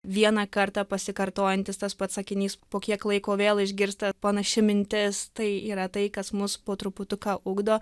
vieną kartą pasikartojantis tas pats sakinys po kiek laiko vėl išgirsta panaši mintis tai yra tai kas mus po truputuką ugdo